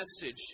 message